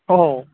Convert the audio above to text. অঁ